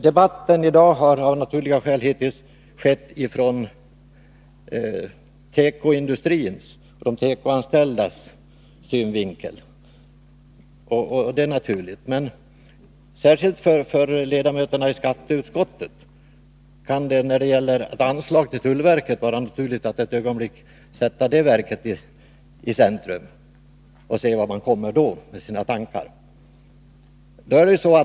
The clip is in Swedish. Debatten i dag har av naturliga skäl hittills förts ur tekoindustrins och de tekoanställdas synvinkel, men särskilt för ledamöterna i skatteutskottet kan det när det gäller ett anslag till tullverket vara följdriktigt att ett ögonblick sätta detta verk i centrum och se var man då hamnar i sina tankar.